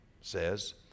says